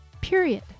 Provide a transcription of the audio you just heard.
period